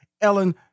Ellen